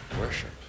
worship